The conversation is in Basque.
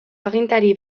agintari